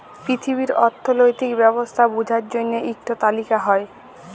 পিথিবীর অথ্থলৈতিক ব্যবস্থা বুঝার জ্যনহে ইকট তালিকা হ্যয়